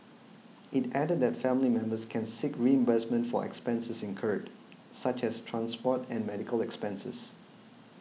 it added that family members can seek reimbursement for expenses incurred such as transport and medical expenses